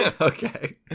okay